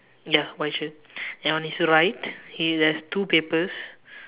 ya white shirt and on his right he has two papers